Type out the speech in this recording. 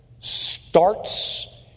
starts